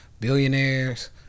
billionaires